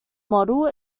model